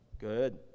Good